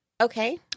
Okay